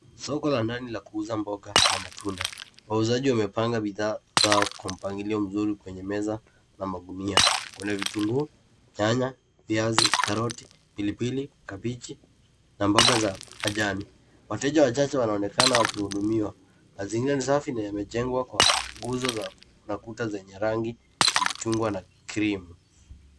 Soko la ndani la kuuza mboga na matunda. Wauzaji wamepanga bidhaa zao kwa mpangilio mzuri, kwenye meza na magunia. Kuna vitunguu, nyanya, viazi, karoti, pilipili, kabichi na mboga za majani. Wateja wachache wanaonekana wakihudumiwa. Mazingira ni safi na yamejengwa kwa nguzo na kuta zenye rangi ya machungwa na krimu.